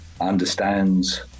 understands